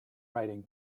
writing